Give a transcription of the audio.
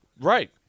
Right